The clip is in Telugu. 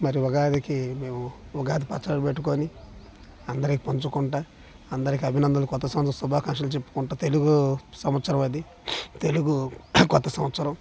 మరి ఉగాదికి మేము ఉగాది పచ్చడి పెట్టుకొని అందరికీ పంచుకుంటూ అందరికీ అభినందనలు కొత్త సంవత్సర శుభాకాంక్షలు చెప్పుకుంట తెలుగు సంవత్సరం అది తెలుగు కొత్త సంవత్సరం